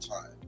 time